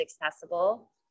accessible